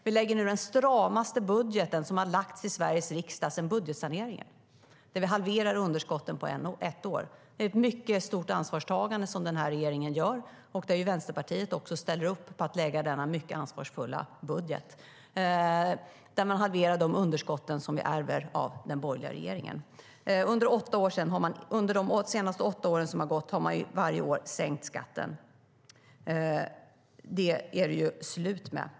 Vi lägger nu fram den stramaste budget som lagts fram i Sveriges riksdag sedan budgetsaneringen, där vi halverar budgetunderskotten på ett år. Det är ett mycket stort ansvarstagande som den här regeringen gör, och Vänsterpartiet ställer också upp på denna mycket ansvarsfulla budget, där vi halverar de underskott vi ärvt av den borgerliga regeringen. Under de senaste åtta åren har man varje år sänkt skatten. Det är det slut med.